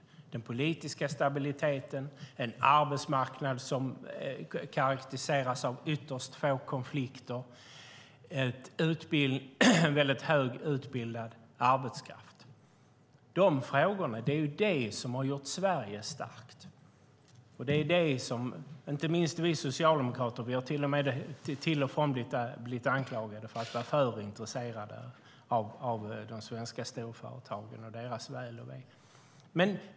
Det handlar om den politiska stabiliteten, en arbetsmarknad som karakteriseras av ytterst få konflikter och väldigt högt utbildad arbetskraft. Det är vad som har gjort Sverige starkt. Det är det som inte minst vi socialdemokrater vill förstärka. Vi har till och med blivit anklagade för att vara för intresserade av de svenska storföretagen och deras väl och ve.